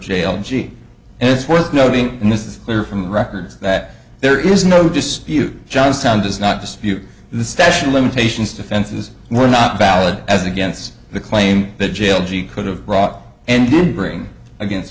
jail jean it's worth noting and this is clear from the records that there is no dispute johnstown does not dispute the statute of limitations defenses were not valid as against the claim that jail g could have brought and did bring against